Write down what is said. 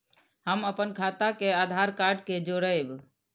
हम अपन खाता के आधार कार्ड के जोरैब?